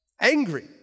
Angry